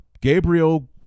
Gabriel